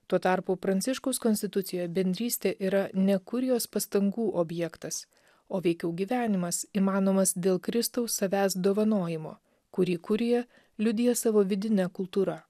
tuo tarpu pranciškaus konstitucijoje bendrystė yra ne kurijos pastangų objektas o veikiau gyvenimas įmanomas dėl kristaus savęs dovanojimo kurį kurija liudija savo vidine kultūra